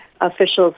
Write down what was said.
officials